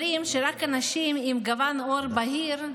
אומרים שרק אנשים עם גוון עור בהיר,